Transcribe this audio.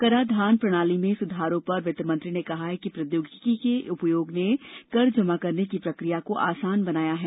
कराधान प्रणाली में स्धारों पर वित्तमंत्री ने कहा कि प्रौद्योगिकी के उपयोग ने कर जमा करने की प्रक्रिया को आसान बनाया है